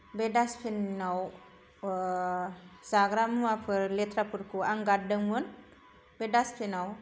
बे दास्तबिनाव ओ जाग्रा मुवाफोर लेथ्राफोरखौ आं गारदोंमोन बे दास्तबिनाव